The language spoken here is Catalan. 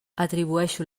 atribueixo